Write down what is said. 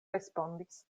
respondis